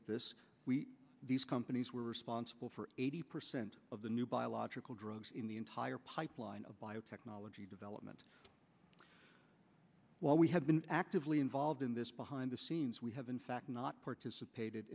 at this these companies were responsible for eighty percent of the new biological drugs in the entire pipeline of biotechnology development while we have been actively involved in this behind the scenes we have in fact not participated